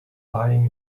lying